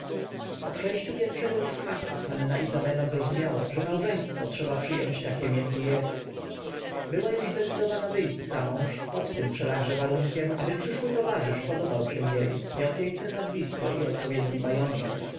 po przejściu pierwszego niesmaku panna izabela zrozumiała że małżeństwo trzeba przyjąć takiem jakie jest była już zdecydowana wyjść za mąż pod tym wszakże warunkiem aby przyszły towarzysz podobał się jej miał piękne nazwisko i odpowiedni majątek